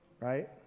Right